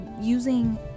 using